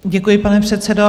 Děkuji, pane předsedo.